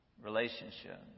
relationship